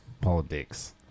Politics